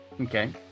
okay